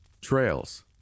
Trails